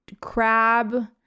Crab